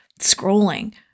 scrolling